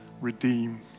redeem